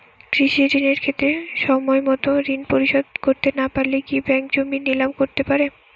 কৃষিঋণের ক্ষেত্রে সময়মত ঋণ পরিশোধ করতে না পারলে কি ব্যাঙ্ক জমি নিলাম করতে পারে?